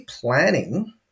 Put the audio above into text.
planning